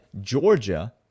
Georgia